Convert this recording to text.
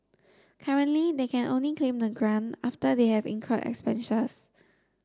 currently they can only claim the grant after they have incurred expenses